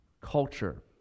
culture